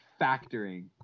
factoring